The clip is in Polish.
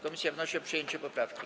Komisja wnosi o przyjęcie poprawki.